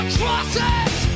crosses